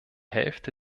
hälfte